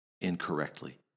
incorrectly